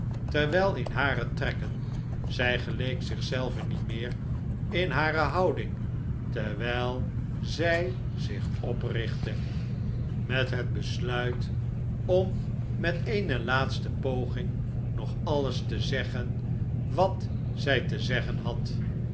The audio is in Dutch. terwijl in hare trekken zij geleek zich zelve niet meer in hare houding terwijl zij zich oprichtte slechte tijden met het besluit om met eene laatste poging nog alles te zeggen wat zij te zeggen had